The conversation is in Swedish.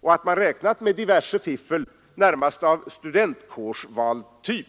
Och att man räknat med diverse fiffel, närmast av studentkårsvalstyp,